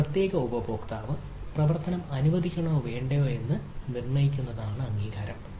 ഒരു പ്രത്യേക ഉപയോക്താവ് പ്രവർത്തനം അനുവദിക്കണോ വേണ്ടയോ എന്ന് നിർണ്ണയിക്കുന്നതാണ് അംഗീകാരം